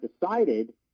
decided